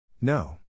No